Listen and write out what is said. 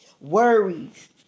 worries